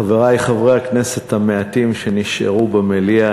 חברי חברי הכנסת המעטים שנשארו במליאה,